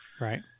Right